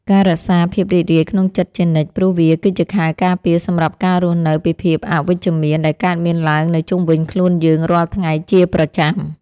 ការរក្សាភាពរីករាយក្នុងចិត្តជានិច្ចព្រោះវាគឺជាខែលការពារសម្រាប់ការរស់នៅពីភាពអវិជ្ជមានដែលកើតមានឡើងនៅជុំវិញខ្លួនយើងរាល់ថ្ងៃជាប្រចាំ។